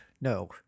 no